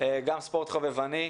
וגם לגבי הספורט החובבני.